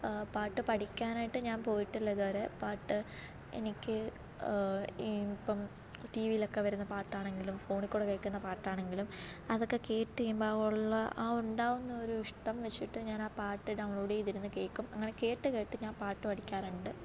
പാട്ട് പഠിക്കാനായിട്ട് ഞാന് പോയിട്ടില്ല ഇതുവരെ പാട്ട് എനിക്ക് ഇപ്പോള് ടി വിയിലൊക്കെ വരുന്ന പാട്ടാണെങ്കിലും ഫോണില്ക്കൂടെ കേൾക്കുന്ന പാട്ടാണെങ്കിലും അതൊക്കെ കേട്ടുകഴിയുമ്പോള് ഉള്ള ആ ഉണ്ടാകുന്നൊരു ഇഷ്ടം വെച്ചിട്ട് ഞാൻ ആ പാട്ട് ഡൗൺലോഡീതിരുന്നു കേൾക്കും അങ്ങനെ കേട്ട് കേട്ട് ഞാന് പാട്ട് പഠിക്കാറുണ്ട്